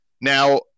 Now